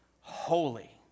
holy